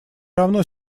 равно